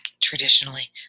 traditionally